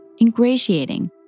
ingratiating